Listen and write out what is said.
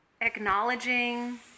acknowledging